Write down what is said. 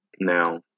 Now